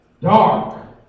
dark